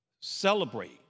celebrate